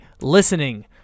listening